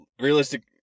Realistic